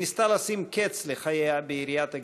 וניסתה לשים קץ לחייה ביריית אקדח.